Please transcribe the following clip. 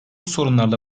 sorunlarla